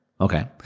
Okay